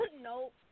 Nope